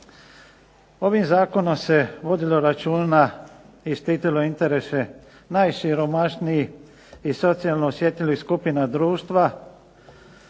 Ovim zakonom se vodilo računa i štitilo interese najsiromašnijih i socijalno osjetljivih skupina društva